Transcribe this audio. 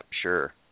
sure